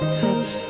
touch